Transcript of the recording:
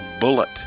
Bullet